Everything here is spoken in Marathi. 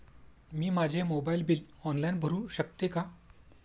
मी माझे मोबाइल बिल ऑनलाइन भरू शकते का?